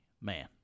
man